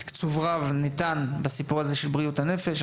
תקצוב רב ניתן בסיפור הזה של בריאות הנפש,